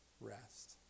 rest